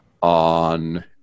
on